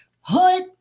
Hood